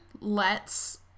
lets